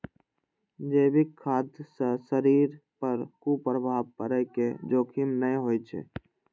जैविक खाद्य सं शरीर पर कुप्रभाव पड़ै के जोखिम नै होइ छै